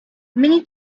many